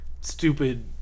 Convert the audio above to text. stupid